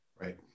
right